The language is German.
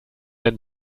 denn